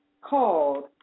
called